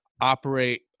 operate